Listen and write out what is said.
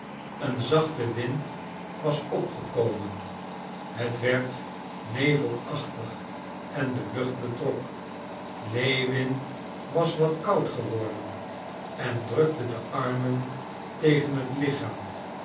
een zachte wind was opgekomen het werd nevelachtig en de lucht betrok lewin was wat koud geworden en drukte de armen tegen het lichaam